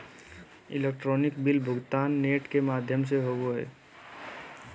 electronic bill भुगतान net के माघ्यम से होवो हइ